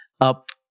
up